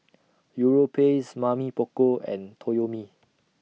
Europace Mamy Poko and Toyomi